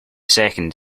second